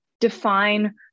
define